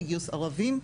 בגיוס ערבים,